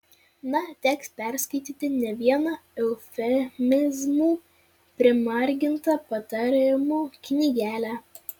na teks perskaityti ne vieną eufemizmų primargintą patarimų knygelę